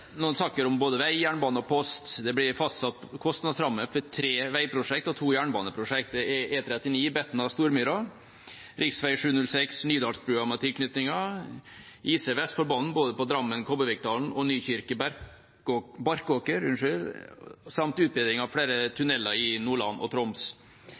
noen saker om både vei, jernbane og post. Det blir fastsatt kostnadsrammer for tre veiprosjekt og to jernbaneprosjekt. Det er E39 Betna–Stormyra, rv. 706 Nydalsbrua med tilknytninger, intercity Vestfoldbanen, både på Drammen–Kobbervikdalen og Nykirke–Barkåker samt utbedring av flere tunneler i Nordland og Troms.